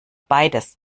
beides